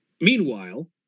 meanwhile